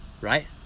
Right